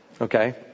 Okay